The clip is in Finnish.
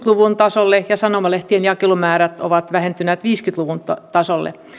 luvun tasolle ja sanomalehtien jakelumäärät ovat vähentyneet viisikymmentä luvun tasolle